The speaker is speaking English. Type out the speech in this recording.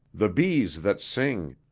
the bees that sing.